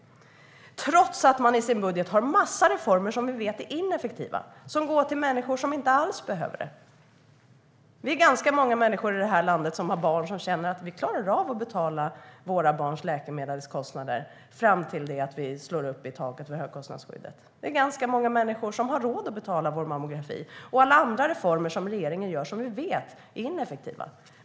Detta gör man trots att man i sin budget har en massa reformer som vi vet är ineffektiva och går till människor som inte alls behöver det. Vi är ganska många människor i det här landet som har barn och som känner att vi klarar av att betala våra barns läkemedelskostnader fram till att vi slår i taket för högkostnadsskyddet. Vi är ganska många som har råd att betala vår mammografi och för kostnaderna i alla andra reformer som regeringen gör och som vi vet är ineffektiva.